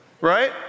right